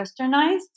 westernized